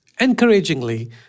Encouragingly